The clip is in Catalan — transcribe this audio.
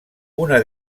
una